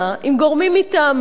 עם גורמים מטעמה,